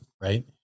Right